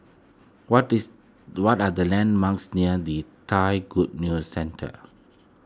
what these what are the landmarks near Lee Thai Good News Centre